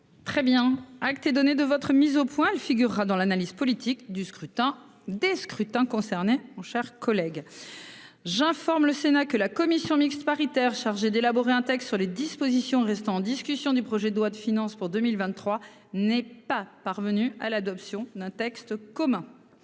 Très bien. Acte donné de votre mise au point le figurera dans l'analyse politique du scrutin des scrutins concernés ont chers collègues. J'informe le Sénat que la commission mixte paritaire chargée d'élaborer un texte. Sur les dispositions restant en discussion du projet de loi de finances pour 2023 n'est pas parvenu à l'adoption d'un texte commun.